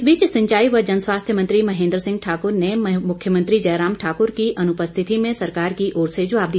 इस बीच सिंचाई व जन स्वास्थ्य मंत्री महेंद्र सिंह ने मुख्यमंत्री जयराम ठाक्र की अनुपस्थिति में सरकार की ओर से जवाब दिया